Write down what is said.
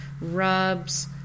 rubs